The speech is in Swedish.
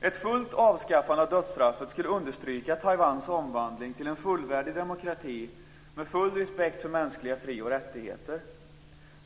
Ett fullt avskaffande av dödsstraffet skulle understryka Taiwans omvandling till en fullvärdig demokrati, med full respekt för mänskliga fri och rättigheter.